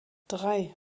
drei